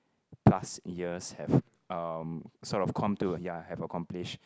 plus years have um sort of comb to ya have accomplished